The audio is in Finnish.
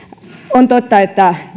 on totta että